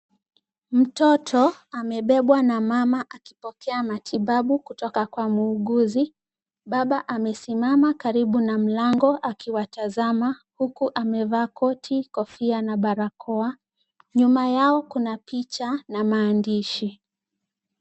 Mtoto amebebwa na mama akipokea matibabu kutoka kwa muuguzi. Baba amesimama karibu na mlango akiwatazama huku amevaa koti, kofia na barakoa. Nyuma yao kuna picha na maandishi.